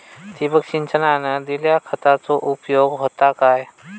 ठिबक सिंचनान दिल्या खतांचो उपयोग होता काय?